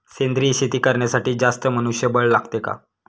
सेंद्रिय शेती करण्यासाठी जास्त मनुष्यबळ लागते का?